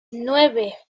nueve